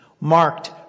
Marked